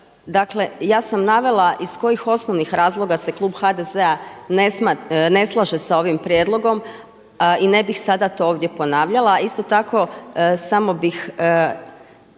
Dakle ja sam navela iz kojih osnovnih razloga se klub HDZ-a ne slaže s ovim prijedlogom i ne bih sada to ovdje ponavljala. A isto tako samo bih